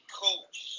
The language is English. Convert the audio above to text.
coach